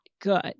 good